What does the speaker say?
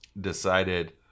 decided